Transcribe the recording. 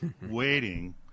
waiting